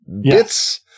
bits